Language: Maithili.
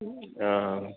ओ